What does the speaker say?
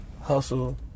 hustle